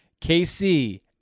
KC